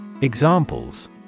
Examples